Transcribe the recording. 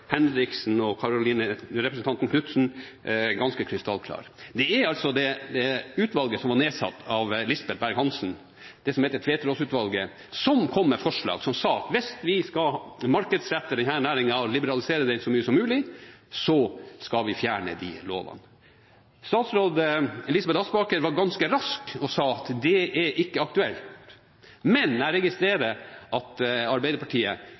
Henriksen og representanten Knutsen ganske krystallklare. Det var det utvalget som ble nedsatt av Lisbeth Berg-Hansen, som heter Tveterås-utvalget, som kom med forslag om at hvis vi skal markedsrette denne næringen og liberalisere den så mye som mulig, skal de lovene fjernes. Statsråd Elisabeth Aspaker var ganske rask og sa at det er ikke aktuelt, men jeg registrerer at Arbeiderpartiet